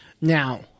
Now